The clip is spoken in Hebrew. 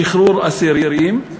שחרור אסירים,